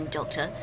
Doctor